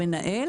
המנהל